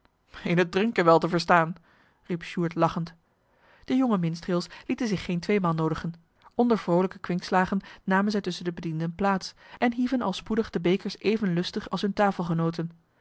in t drinken wel te verstaan riep sjoerd lachend de jonge minstreels lieten zich geen tweemaal noodigen onder vroolijke kwinkslagen namen zij tusschen de bedienden plaats en hieven al spoedig de bekers even lustig als hunne